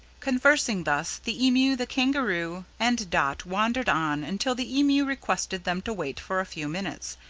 conversing thus, the emu, the kangaroo, and dot wandered on until the emu requested them to wait for a few minutes,